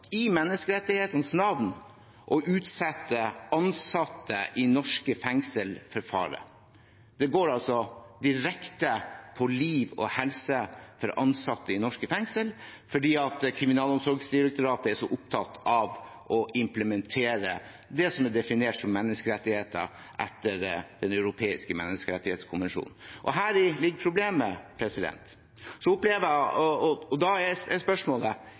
i menneskerettighetenes navn til å utsette ansatte i norske fengsler for fare. Det går altså direkte på liv og helse løs for ansatte i norske fengsler fordi Kriminalomsorgsdirektoratet er så opptatt av å implementere det som er definert som menneskerettigheter etter Den europeiske menneskerettighetskommisjon. Og her ligger problemet. Da er spørsmålet: I disse avveiningene, frem til man får kroppsskannere på plass, skal man da